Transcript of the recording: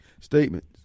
statements